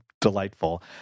Delightful